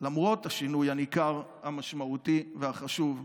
למרות השינוי הניכר, המשמעותי והחשוב,